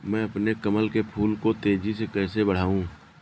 मैं अपने कमल के फूल को तेजी से कैसे बढाऊं?